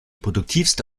produktivste